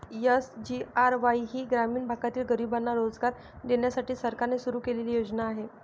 SGRY ही ग्रामीण भागातील गरिबांना रोजगार देण्यासाठी सरकारने सुरू केलेली योजना आहे